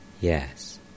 Yes